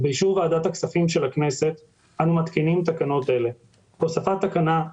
קידום יזמות טכנולוגית בעיר באר שבע,